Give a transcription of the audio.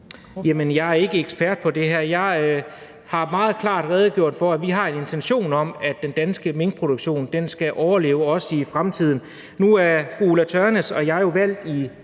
Jeg er ikke ekspert på det her. Jeg har meget klart redegjort for, at vi har en intention om, at den danske minkproduktion skal overleve også i fremtiden. Nu er fru Ulla Tørnæs og jeg jo valgt i